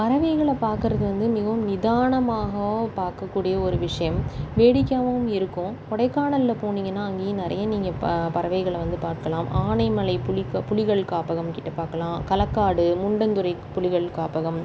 பறவைகளை பார்க்கறது வந்து மிகவும் நிதானமாக பார்க்கக்கூடிய ஒரு விஷயம் வேடிக்கையாகவும் இருக்கும் கொடைக்கானல்ல போனீங்கன்னால் அங்கேயும் நிறைய நீங்கள் ப பறவைகளை வந்து பார்க்கலாம் ஆனைமலை புலிக் கா புலிகள் காப்பகம் கிட்ட பார்க்கலாம் களக்காடு முண்டந்துறை புலிகள் காப்பகம்